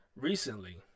Recently